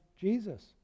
Jesus